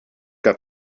got